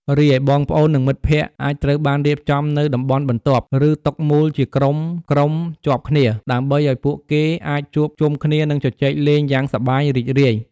រីឯបងប្អូន និងមិត្តភក្តិអាចត្រូវបានរៀបចំនៅតំបន់បន្ទាប់ ឬតុមូលជាក្រុមៗជាប់គ្នា ដើម្បីឲ្យពួកគេអាចជួបជុំគ្នា និងជជែកលេងយ៉ាងសប្បាយរីករាយ។